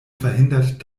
verhindert